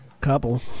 Couple